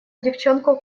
девчонку